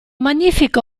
magnifico